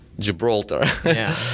Gibraltar